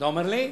אתה אומר לי?